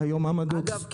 אגב,